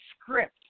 script